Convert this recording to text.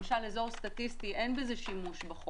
למשל "אזור סטטיסטי" אין בזה שימוש בחוק,